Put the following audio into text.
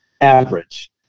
average